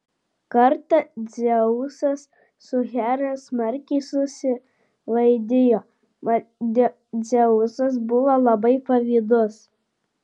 kartą dzeusas su hera smarkiai susivaidijo mat dzeusas buvo labai pavydus